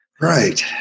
Right